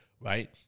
right